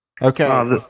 Okay